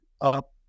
up